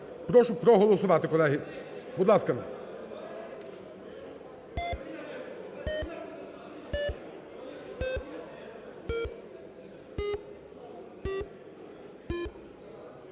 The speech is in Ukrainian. прошу проголосувати, колеги, будь ласка.